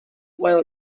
while